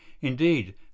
Indeed